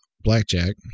blackjack